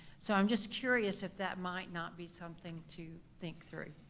so i'm just curious if that might not be something to think through.